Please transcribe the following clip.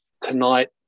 tonight